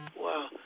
Wow